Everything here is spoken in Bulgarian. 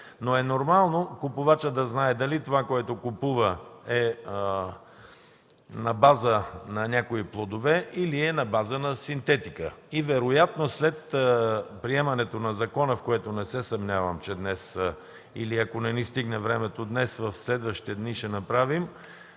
Но е нормално купувачът да знае дали това, което купува, е на база на някои плодове или на база на синтетика. Вероятно след приемането на закона, което не се съмнявам, че днес или ако не ни стигне времето днес, ще направим